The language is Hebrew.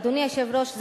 אדוני היושב-ראש,